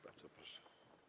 Bardzo proszę.